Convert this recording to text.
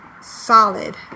solid